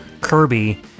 kirby